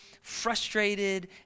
frustrated